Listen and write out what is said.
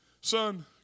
son